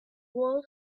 wool